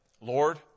Lord